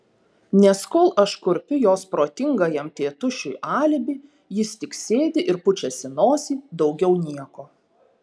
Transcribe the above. nes kol aš kurpiu jos protingajam tėtušiui alibi jis tik sėdi ir pučiasi nosį daugiau nieko